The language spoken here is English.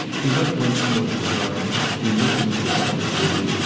he went once more to the garden he looked into the public room,